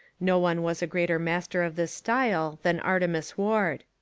no one was a greater master of this style than artemus ward.